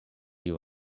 you